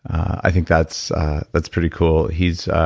i think that's that's pretty cool. he's